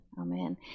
Amen